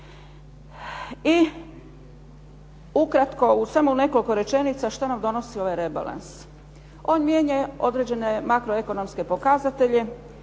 I ukratko u samo nekoliko rečenica što nam donosi ovaj rebalans. On mijenja određene makroekonomske pokazatelje